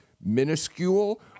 minuscule